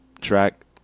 track